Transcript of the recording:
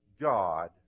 God